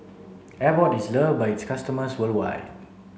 Abbott is loved by its customers worldwide